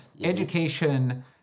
education